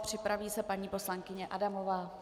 Připraví se paní poslankyně Adamová.